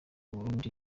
abarundi